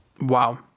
Wow